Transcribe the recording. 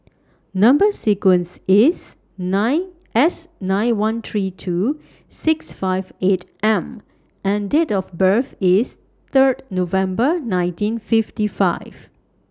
Number sequence IS nine S nine one three two six five eight M and Date of birth IS Third November nineteen fifty five